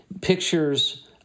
Pictures